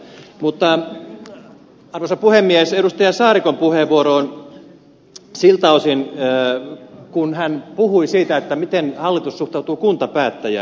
mutta arvoisa puhemies edustaja saarikon puheenvuoroon siltä osin kun hän puhui siitä miten hallitus suhtautuu kuntapäättäjään